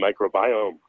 microbiome